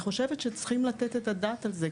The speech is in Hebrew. צריכים לתת את הדעת על זה.